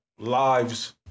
lives